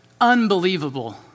unbelievable